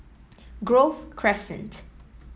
Grove Crescent